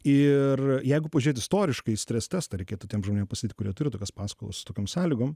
ir jeigu pažiūrėti istoriškai stres testą reikėtų tiems žmonėms pasidaryt kurie turi tokias paskolas tokiom sąlygom